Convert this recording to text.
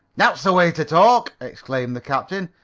that's the way to talk! exclaimed the captain.